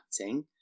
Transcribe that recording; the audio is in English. acting